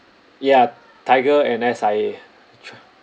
ya Tiger and S_I_A